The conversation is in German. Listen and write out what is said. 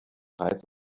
reiz